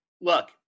look